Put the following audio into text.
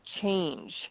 change